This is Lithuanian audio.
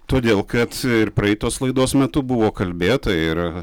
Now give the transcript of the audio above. todėl kad ir praeitos laidos metu buvo kalbėta ir